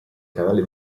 canale